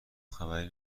خبری